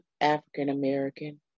African-American